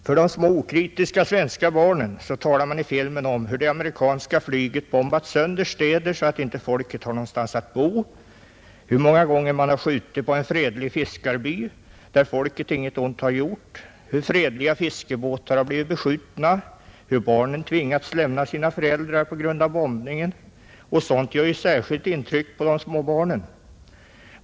För de små okritiska svenska barnen talas det i filmen om hur det amerikanska flyget bombat sönder städer så att inte folket har någonstans att bo, hur många gånger man har skjutit på en fredlig fiskarby, där folket inget ont har gjort, hur fredliga fiskebåtar har blivit beskjutna, hur barnen tvingats lämna sina föräldrar på grund av bombningen — och sådant gör särskilt intryck på de små barnen.